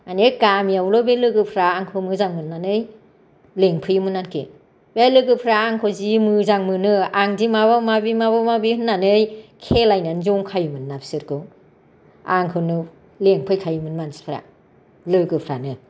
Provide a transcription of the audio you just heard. माने गामियावनो बे लोगोफ्रा आंखौ मोजां मोननानै लिंफैयोमोन आरोखि बे लोगोफ्रा आंखौ जि मोजां मोनो आंदि माबा माबि माबा माबि होननानै खेलायनानै जंखायोमोन ना बिसोरखौ आंखौनो लिंफैखायोमोन मानसिफ्रा लोगोफ्रानो